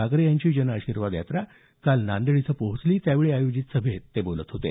ठाकरे यांची जन आशीर्वाद यात्रा काल नांदेड इथं पोहोचली त्यावेळी आयोजित सभेत ते बोलत होते